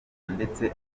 ndetse